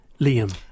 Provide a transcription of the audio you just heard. Liam